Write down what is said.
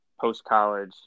post-college